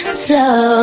slow